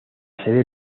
sede